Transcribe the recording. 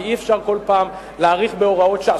כי אי-אפשר כל פעם להאריך בהוראות שעה.